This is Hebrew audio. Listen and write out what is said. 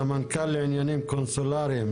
סמנכ"ל לעניינים קונסולריים,